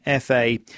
FA